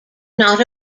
not